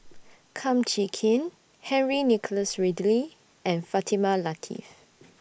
Kum Chee Kin Henry Nicholas Ridley and Fatimah Lateef